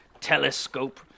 telescope